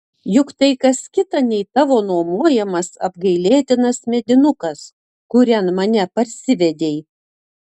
juk tai kas kita nei tavo nuomojamas apgailėtinas medinukas kurian mane parsivedei